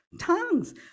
tongues